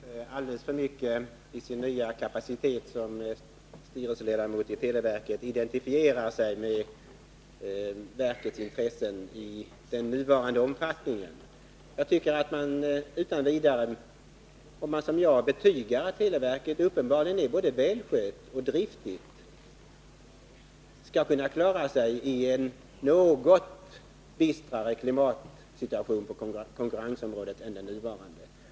Herr talman! Jag konstaterar att Birger Rosqvist, i sin nya kapacitet som styrelseledamot i televerket, alldeles för mycket identifierar sig med verkets intressen i nuvarande omfattning. Om man, som jag, betygar att televerket uppenbarligen är både välskött och driftigt, kan man utan vidare hävda att det skall kunna klara sig i en något bistrare klimatsituation på konkurrensområdet än den nuvarande.